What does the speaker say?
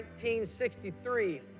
1963